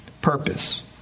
purpose